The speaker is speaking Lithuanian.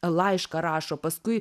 laišką rašo paskui